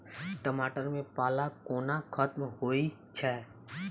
टमाटर मे पाला कोना खत्म होइ छै?